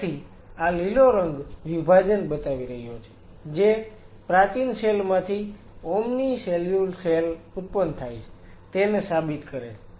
તેથી આ લીલો રંગ વિભાજન બતાવી રહ્યો છે જે પ્રાચીન સેલ માંથી ઓમ્ની સેલ્યુલ સેલ ઉત્પન્ન થાય છે તેને સાબિત કરે છે